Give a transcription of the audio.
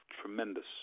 tremendous